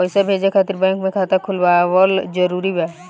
पईसा भेजे खातिर बैंक मे खाता खुलवाअल जरूरी बा?